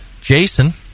Jason